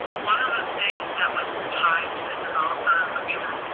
one of the things that was tied to the developer agreements